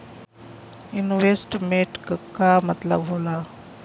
Investment क का मतलब हो ला?